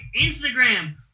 Instagram